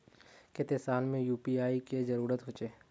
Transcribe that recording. केते साल में यु.पी.आई के जरुरत होचे?